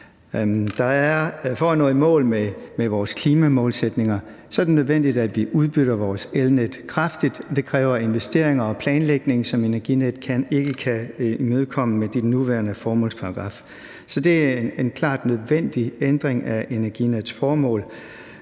For at nå i mål med vores klimamålsætninger er det nødvendigt, at vi udbygger vores elnet kraftigt, og det kræver investeringer og planlægning, som Energinet ikke kan imødekomme med den nuværende formålsparagraf. Så det er en klart nødvendig ændring af Energinets formål,